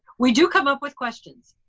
we do come up with questions.